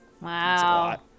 Wow